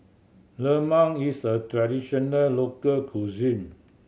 lemang is a traditional local cuisine